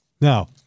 Now